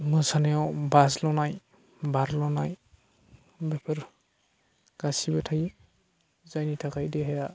मोसानायाव बज्ल'नाय बाज्ल'नाय बेफोर गासिबो थायो जायनि थाखाय देहाया